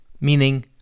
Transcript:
meaning